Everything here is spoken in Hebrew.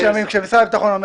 כשמשרד הביטחון אומר